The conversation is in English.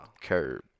curb